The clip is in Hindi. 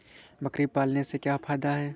बकरी पालने से क्या फायदा है?